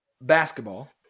basketball